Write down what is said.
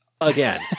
Again